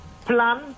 Plan